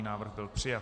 Návrh byl přijat.